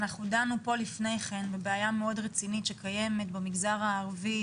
אנחנו דנו פה לפני כן בבעיה מאוד רצינית שקיימת במגזר הערבי,